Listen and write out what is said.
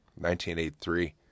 1983